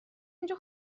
اینجا